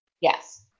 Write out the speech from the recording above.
Yes